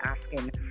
asking